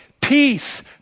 peace